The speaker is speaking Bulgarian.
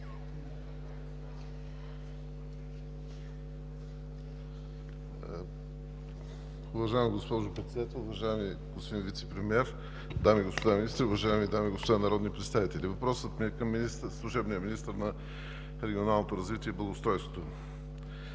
Уважаема госпожо Председател, уважаеми господин Вицепремиер, дами и господа министри, уважаеми дами и господа народни представители! Въпросът ми е към служебния министър на регионалното развитие и благоустройството.